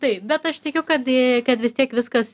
taip bet aš tikiu kad į kad vis tiek viskas